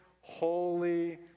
holy